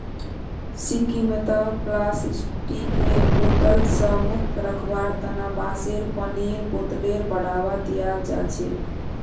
सिक्किमत प्लास्टिकेर बोतल स मुक्त रखवार तना बांसेर पानीर बोतलेर बढ़ावा दियाल जाछेक